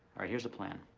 right, here's the plan,